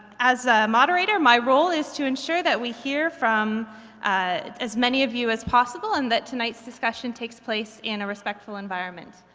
as a moderator, my role is to ensure that we hear from as many of you as possible and that tonight's discussion takes place in a respectful environment.